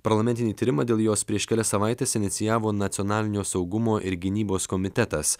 parlamentinį tyrimą dėl jos prieš kelias savaites inicijavo nacionalinio saugumo ir gynybos komitetas